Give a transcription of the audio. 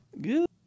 Good